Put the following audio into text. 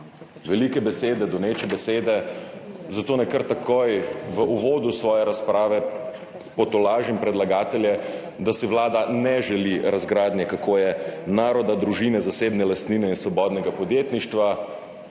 Velike besede, doneče besede, zato naj kar takoj v uvodu svoje razprave potolažim predlagatelje, da si Vlada ne želi razgradnje naroda, družine, zasebne lastnine in svobodnega podjetništva,